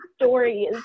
stories